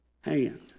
hand